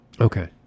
Okay